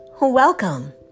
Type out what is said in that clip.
welcome